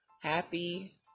happy